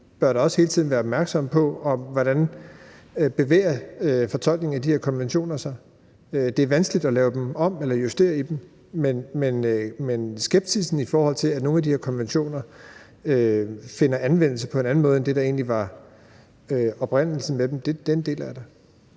bør da også hele tiden være opmærksomme på, hvordan fortolkningen af de her konventioner bevæger sig. Det er vanskeligt at lave dem om eller justere dem, men skepsissen, i forhold til at nogle af de her konventioner finder anvendelse på en anden måde end den, der egentlig oprindeligt var tænkt, deler jeg da. Kl.